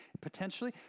potentially